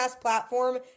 platform